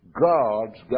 God's